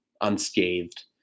unscathed